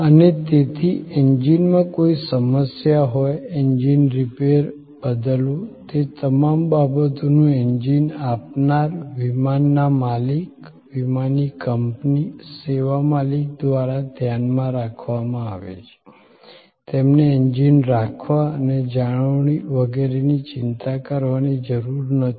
અને તેથી એન્જિનમાં કોઈ સમસ્યા હોય એન્જિન રિપેર બદલવું તે તમામ બાબતોનું એન્જિન આપનાર વિમાનના માલિક વિમાની કંપની સેવા માલિક દ્વારા ધ્યાન રાખવામાં આવે છે તેમને એન્જિન રાખવા અને જાળવણી વગેરેની ચિંતા કરવાની જરૂર નથી